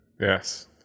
Yes